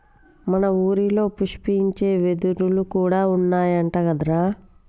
మన ఊరిలో పుష్పించే వెదురులు కూడా ఉన్నాయంట కదరా